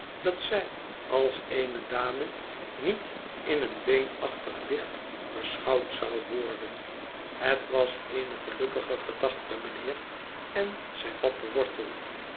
dat zij als eene dame niet in een beenachtig licht beschouwd zou worden het was eene gelukkige gedachte meneer en zij vatte wortel